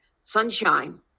sunshine